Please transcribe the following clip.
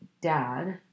dad